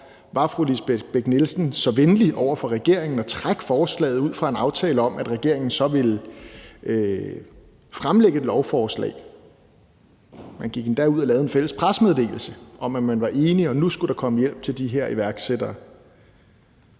var fru Lisbeth Bech-Nielsen så venlig over for regeringen at trække forslaget ud fra en aftale om, at regeringen så ville fremsætte et lovforslag. Man gik endda ud og lavede en fælles pressemeddelelse om, at man var enig, og at der nu skulle komme hjælp til de her iværksættere.